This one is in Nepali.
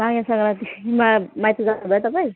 माघे सङ्क्रान्तिमा माइत जानुभयो तपाईँ